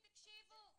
תקשיבו.